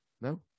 No